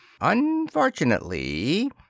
Unfortunately